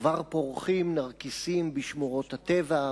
כבר פורחים נרקיסים בשמורות הטבע,